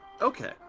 Okay